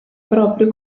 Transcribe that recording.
proprio